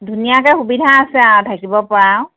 ধুনীয়াকৈ সুবিধা আছে থাকিব পৰা